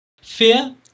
fear